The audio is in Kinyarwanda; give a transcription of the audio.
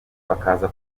bakaza